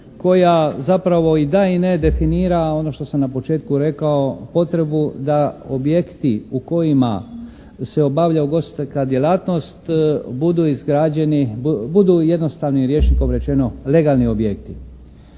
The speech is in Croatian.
koja zapravo i da i ne definira ono što sam na početku rekao potrebu da objekti u kojima se obavlja ugostiteljska djelatnost budu izgrađeni, budu jednostavnim riječnikom rečeno legalni objekti.